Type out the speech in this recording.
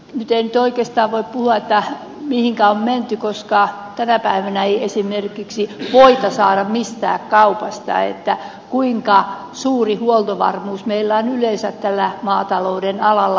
nyt en oikeastaan voi puhua mihinkä on menty koska tänä päivänä ei esimerkiksi voita saada mistään kaupasta kuinka suuri huoltovarmuus meillä on yleensä tällä maatalouden alalla